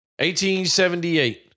1878